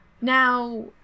Now